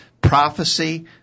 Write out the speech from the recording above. Prophecy